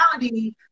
reality